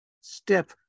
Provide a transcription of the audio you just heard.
step